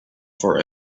for